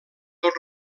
tot